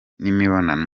n’imibonano